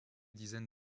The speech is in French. dizaines